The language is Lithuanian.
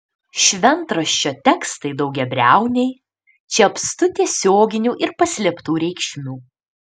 šventraščio tekstai daugiabriauniai čia apstu tiesioginių ir paslėptų reikšmių